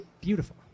beautiful